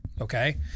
Okay